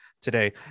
today